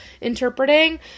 interpreting